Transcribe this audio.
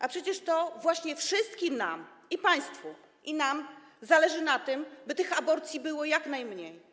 A przecież to właśnie wszystkim nam, i państwu, i nam, zależy na tym, by tych aborcji było jak najmniej.